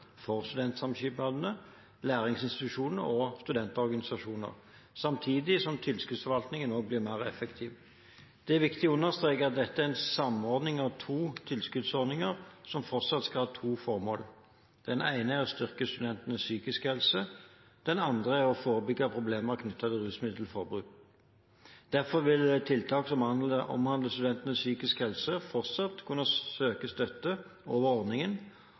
for studentsamskipnader, læringsinstitusjoner og studentorganisasjoner, samtidig som tilskuddsforvaltningen blir mer effektiv. Det er viktig å understreke at dette er en samordning av to tilskuddsordninger som fortsatt skal ha to formål: Det ene er å styrke studentenes psykiske helse, og det andre er å forebygge problemer knyttet til rusmiddelbruk. Derfor vil tiltak som omhandler studenters psykiske helse, fortsatt kunne søke støtte over ordningen,